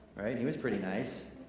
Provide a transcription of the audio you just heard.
right, he was pretty nice.